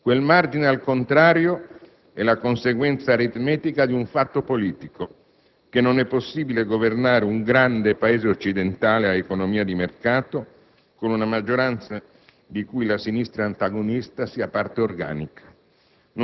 Quel margine al contrario è la conseguenza aritmetica di un fatto politico: che non è possibile governare un grande Paese occidentale ad economia di mercato con una maggioranza di cui la sinistra antagonista sia parte organica.